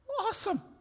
awesome